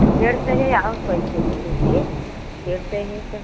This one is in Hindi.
तो डेढ़ सौ हे और कोई देख लीजिए डेढ़ सौ है तो